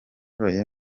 imari